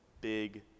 big